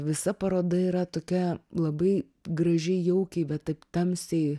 visa paroda yra tokia labai gražiai jaukiai bet taip tamsiai